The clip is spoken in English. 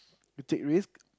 you take risk